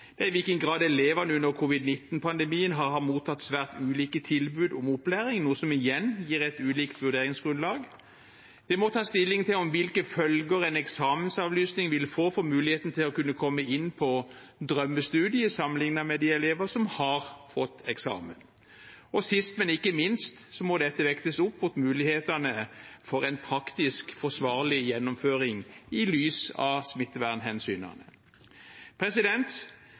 det er i hvilken grad elever under covid-19-pandemien har mottatt svært ulike tilbud om opplæring, noe som igjen gir et ulikt vurderingsgrunnlag, det er å ta stilling til hvilke følger en eksamensavlysning vil få for muligheten til å komme inn på drømmestudiet, sammenliknet med de elevene som har fått eksamen. Og sist men ikke minst må dette vektes opp mot mulighetene for en praktisk forsvarlig gjennomføring i lys av smittevernhensynene.